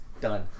Done